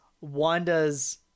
Wanda's